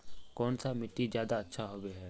कौन सा मिट्टी ज्यादा अच्छा होबे है?